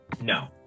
No